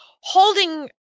holding